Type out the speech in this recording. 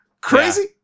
Crazy